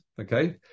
okay